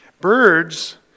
Birds